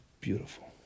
beautiful